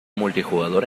multijugador